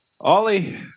Ollie